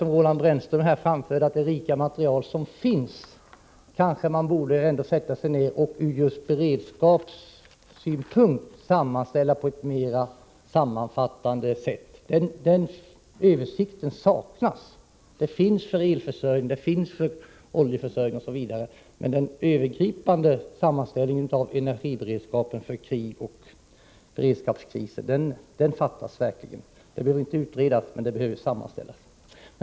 Men kanske det rika material som finns, som Roland Brännström sade, borde sammanställas på ett mera sammanfattande sätt ur beredskapssynpunkt. En sådan översikt saknas. Det finns för elförsörjningen och oljeförsörjningen m.m., men en övergripande sammanställning av energiberedskapen för krig och beredskapskriser saknas. Frågan behöver alltså inte utredas, men materialet bör sammanställas.